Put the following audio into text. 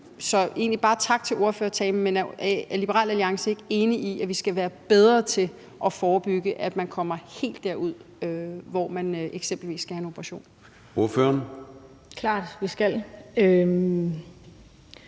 vil egentlig bare sige tak for ordførertalen, men også spørge, om Liberal Alliance ikke er enig i, at vi skal være bedre til at forebygge, at man kommer helt derud, hvor man eksempelvis skal have en operation. Kl.